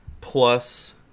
plus